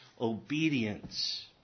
obedience